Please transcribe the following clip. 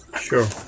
Sure